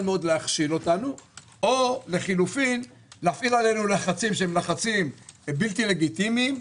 להכשיל אותנו או לחילופין להפעיל עלינו לחצים בלתי לגיטימיים.